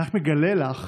ואני רק מגלה לך